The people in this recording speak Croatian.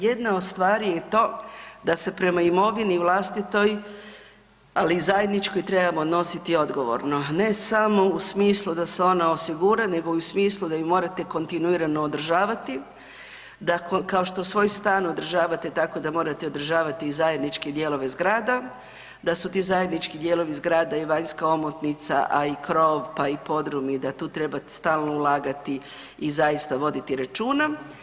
Jedna od stvari je to da se prema imovini vlastitoj, ali i zajedničkoj trebamo odnositi odgovorno, ne samo u smislu da se ona osigura nego i u smislu da ju morate kontinuirano održavati, da kao što svoj stan održavate tako da morate održavati i zajedničke dijelove zgrada, da su ti zajednički dijelovi zgrada i vanjska omotnica, a i krov, pa i podrum i da tu treba stalno ulagati i zaista voditi računa.